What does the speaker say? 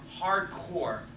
hardcore